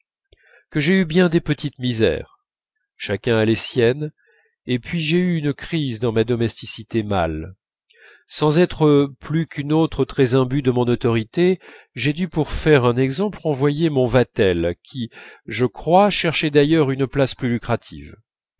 que j'ai eu bien des petites misères chacun a les siennes et puis j'ai eu une crise dans ma domesticité mâle sans être plus qu'une autre très imbue de mon autorité j'ai dû pour faire un exemple renvoyer mon vatel qui je crois cherchait d'ailleurs une place plus lucrative